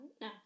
No